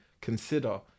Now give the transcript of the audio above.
consider